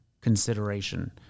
consideration